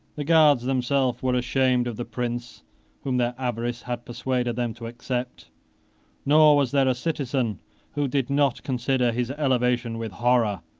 the guards themselves were ashamed of the prince whom their avarice had persuaded them to accept nor was there a citizen who did not consider his elevation with horror,